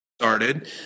started